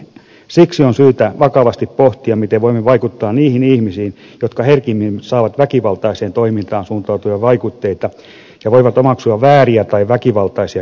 siksi on syytä vakavasti pohtia miten voimme vaikuttaa niihin ihmisiin jotka herkimmin saavat väkivaltaiseen toimintaan suuntautuvia vaikutteita ja voivat omaksua vääriä tai väkivaltaisia käyttäytymismuotoja